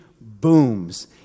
booms